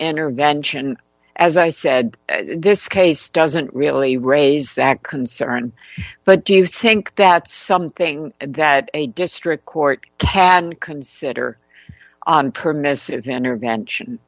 intervention as i said this case doesn't really raise that concern but do you think that something that a district court can consider on permissive intervention